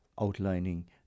outlining